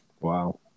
Wow